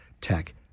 Tech